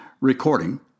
recording